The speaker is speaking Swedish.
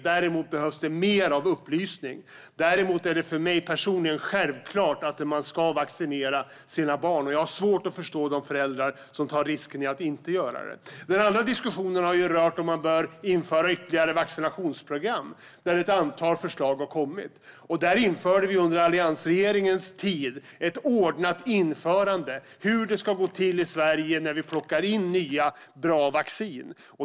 Däremot behövs det mer av upplysning. Det är för mig personligen självklart att man ska vaccinera sina barn. Jag har svårt att förstå de föräldrar som tar risken att inte göra det. Den andra diskussionen har rört om man bör införa ytterligare vaccinationsprogram, där ett antal förslag har kommit. Vi införde under alliansregeringens tid ett ordnat sätt för hur det ska gå till i Sverige när vi plockar in nya bra vaccin.